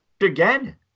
again